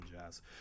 jazz